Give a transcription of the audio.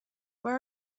where